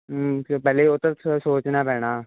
ਫਿਰ ਪਹਿਲੇ ਉਹ ਤਾਂ ਸ ਸੋਚਣਾ ਪੈਣਾ